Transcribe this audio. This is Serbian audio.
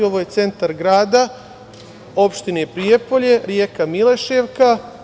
Ovo je centar grad opštine Prijepolje, reka Mileševka.